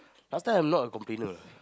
last time I'm not a complainer